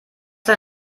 der